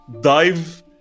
dive